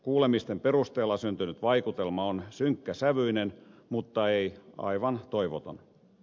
kuulemisten perusteella syntynyt vaikutelma on synkkäsävyinen mutta ei aivan toivoton